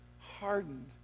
hardened